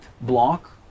block